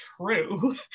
true